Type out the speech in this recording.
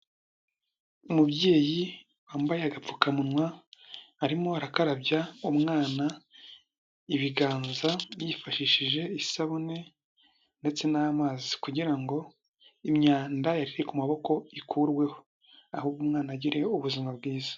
Umubyeyi wambaye agapfukamunwa, arimo arakarabya umwana, ibiganza, yifashishije isabune ndetse n'amazi, kugira ngo imyanda yari iri ku maboko ikurweho, ahubwo umwana agire ubuzima bwiza.